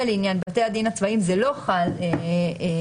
ולעניין בתי הדין הצבאיים, זה לא חל החוק.